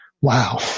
wow